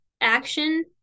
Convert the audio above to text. action